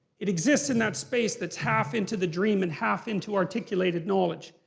it exists in that space that's half into the dream and half into articulated knowledge.